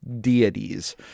deities